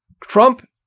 Trump